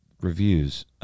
reviews